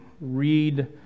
read